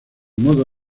modo